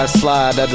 slide